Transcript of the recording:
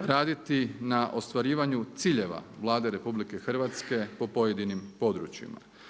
raditi na ostvarivanju ciljeva Vlade RH po pojedinim područjima.